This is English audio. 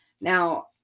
Now